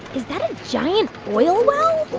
is that a giant oil well?